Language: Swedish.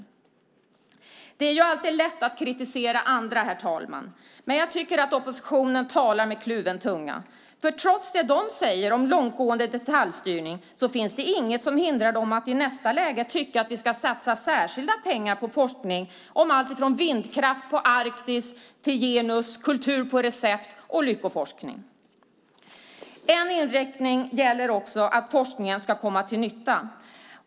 Herr talman! Det är alltid lätt att kritisera andra. Jag tycker att oppositionen talar med kluven tunga. Trots vad de säger om långtgående detaljstyrning finns det inget som hindrar dem att i nästa stycke tycka att vi ska satsa särskilda pengar på forskning om alltifrån vindkraft på Arktis, genus, kultur på recept till lyckoforskning. En inriktning gäller att forskningen ska komma till nytta.